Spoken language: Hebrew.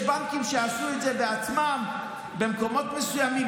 יש בנקים שעשו את זה בעצמם במקומות מסוימים,